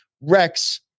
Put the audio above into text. Rex